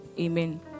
amen